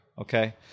Okay